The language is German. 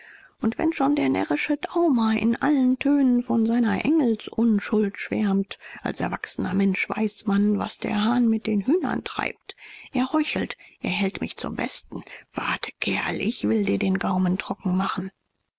und wenn schon der närrische daumer in allen tönen von seiner engelsunschuld schwärmt als erwachsener mensch weiß man was der hahn mit den hühnern treibt er heuchelt er hält mich zum besten warte kerl ich will dir den gaumen trocken machen